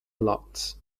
lots